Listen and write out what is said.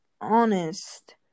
honest